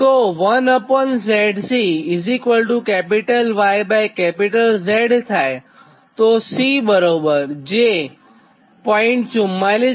તો C j 0